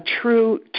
true